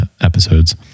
episodes